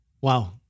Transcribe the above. wow